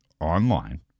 online